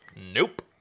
Nope